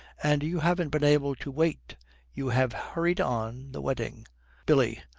and you haven't been able to wait you have hurried on the wedding billy.